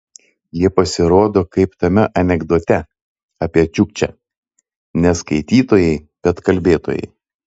jie pasirodo kaip tame anekdote apie čiukčę ne skaitytojai bet kalbėtojai